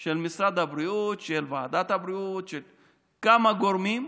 של משרד הבריאות, של ועדת הבריאות, של כמה גורמים,